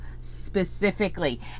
specifically